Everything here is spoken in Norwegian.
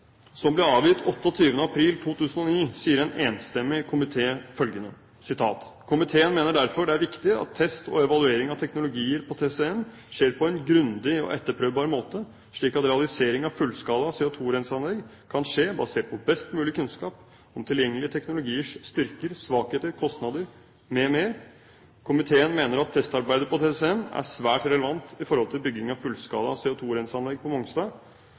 som ble avgitt den 28. april 2009, sier en enstemmig komité følgende: «Komiteen mener derfor det er viktig at test og evaluering av teknologier på TCM skjer på en grundig og etterprøvbar måte, slik at realisering av fullskala CO2-renseanlegg kan skje basert på best mulig kunnskap om tilgjengelige teknologiers styrker, svakheter, kostnader m.m. Komiteen mener at testarbeidet på TCM er svært relevant i forhold til bygging av fullskala CO2-rensing på Mongstad,